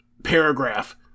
paragraph